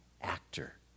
actor